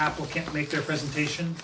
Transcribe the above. applicant to make their presentation